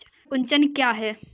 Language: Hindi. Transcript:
पर्ण कुंचन क्या है?